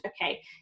okay